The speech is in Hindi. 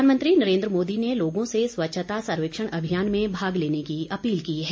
प्रधानमंत्री नरेंद्र मोदी ने लोगों से स्वच्छता सर्वेक्षण अभियान में भाग लेने की अपील की है